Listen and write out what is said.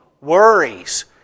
worries